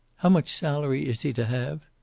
how much salary is he to have?